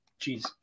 jeez